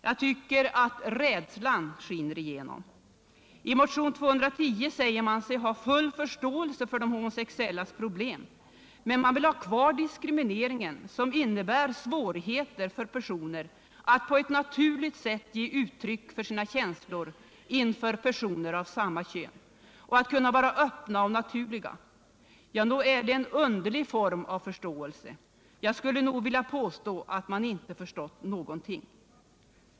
Jag tycker att rädslan skiner igenom. I motion 210 säger man sig ha full förståelse för de homosexuellas problem, men man vill ha kvar diskrimineringen, som innebär svårigheter för personer att på ett naturligt sätt ge uttryck för sina känslor inför personer av samma kön och att kunna vara öppna och naturliga. Ja, nog är det en underlig form av förståelse. Jag skulle nog vilja påstå att man inte förstått någonting.